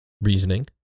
reasoning